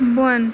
بۄن